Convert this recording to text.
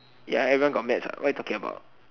ya everyone got math what what are you talking about